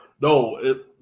No